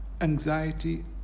anxiety